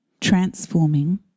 transforming